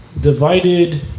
divided